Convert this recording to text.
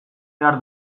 behar